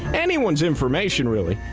anyone's information really,